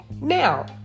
Now